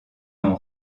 ont